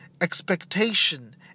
expectation